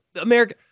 america